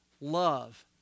love